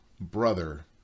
brother